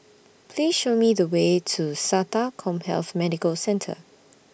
Please Show Me The Way to Sata Commhealth Medical Centre